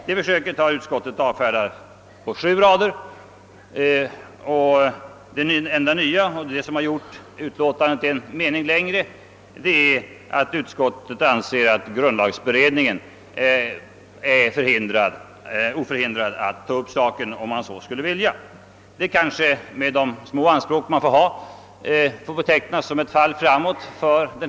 Det försöket har utskottet avfärdat på sju rader och det enda nya — det är det som också gjort utlåtandet en mening längre — är att utskottet anser att grundlagberedningen är oförhindrad att ta upp saken om så skulle önskas. Med de små anspråk man måste ha får det kanske betecknas som ett fall framåt för vårt förslag.